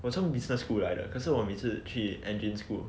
我从 business school 来的可是我每次去 engine school